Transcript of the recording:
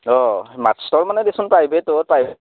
অঁ মাষ্টৰ মানে দেচোন প্ৰাইভেটত প্ৰাইভেট